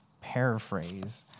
paraphrase